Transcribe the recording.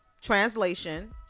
Translation